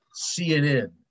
CNN